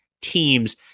teams